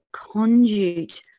conduit